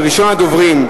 ראשון הדוברים,